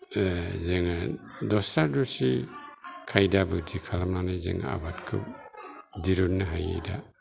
जोङो दस्रा दस्रि खायदा बुध्दि खालामनानै जों आबादखौ दिरुन्नो हायो दा